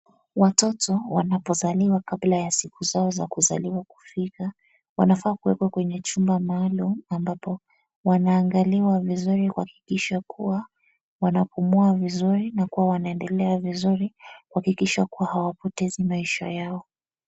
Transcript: Watoto wanapozaliwa kabla ya siku zao za kuzaliwa kufika, wanafaa kuwekwa kwenye chumba maalum ambapo wanaangaliwa vizuri kuhakikisha kuwa wanapumua vizuri na kuwa wanaendelea vizuri, kuhakikisha kuwa hawapotezi maisha yao.